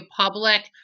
public